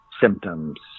symptoms